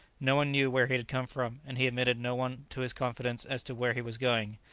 no one knew where he had come from, and he admitted no one to his confidence as to where he was going,